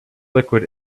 liquid